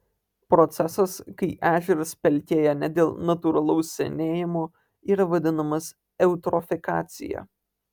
procesas kai ežeras pelkėja ne dėl natūralaus senėjimo yra vadinamas eutrofikacija